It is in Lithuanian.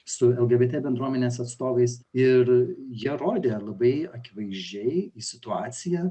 su lgbt bendruomenės atstovais ir jie rodė labai akivaizdžiai į situaciją